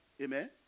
Amen